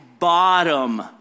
Bottom